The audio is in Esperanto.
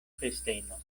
festeno